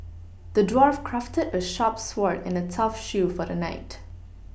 the dwarf crafted a sharp sword and a tough shield for the knight